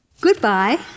Goodbye